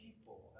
people